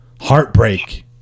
Heartbreak